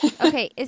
Okay